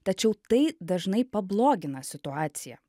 tačiau tai dažnai pablogina situaciją